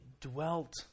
dwelt